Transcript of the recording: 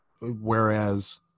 Whereas